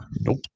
Nope